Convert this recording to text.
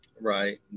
Right